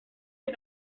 dir